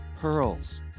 pearls